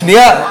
שנייה,